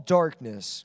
darkness